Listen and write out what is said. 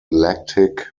lactic